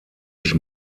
sich